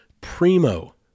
primo